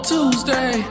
Tuesday